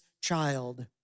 child